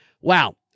Wow